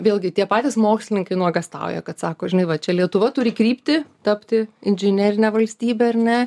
vėlgi tie patys mokslininkai nuogąstauja kad sako žinai va čia lietuva turi kryptį tapti inžinerine valstybe ar ne